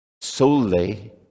solely